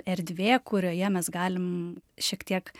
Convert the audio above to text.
erdvė kurioje mes galim šiek tiek